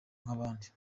nk’abandi